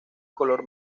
color